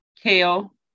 Kale